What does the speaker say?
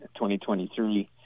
2023